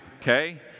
okay